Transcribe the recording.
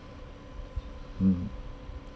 mm